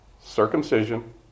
Circumcision